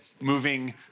moving